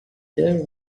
there